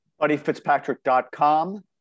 BuddyFitzpatrick.com